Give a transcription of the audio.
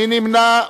מי נמנע?